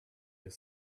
your